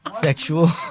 Sexual